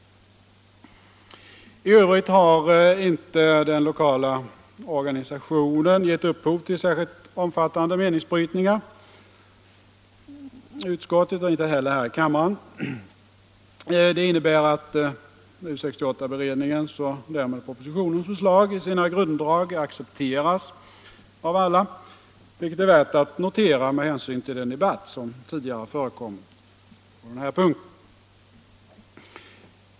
I övrigt har inte den lokala organisationen givit upphov till särskilt omfattande meningsbrytningar i utskottet och inte heller här i kammaren. Det innebär att U 68-beredningens och därmed propositionens förslag i sina grunddrag accepteras av alla, vilket är värt att notera med hänsyn till den debatt som tidigare förekommit på den här punkten.